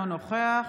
אינו נוכח